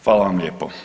Hvala vam lijepo.